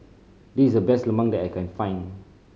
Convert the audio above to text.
this is the best lemang that I can find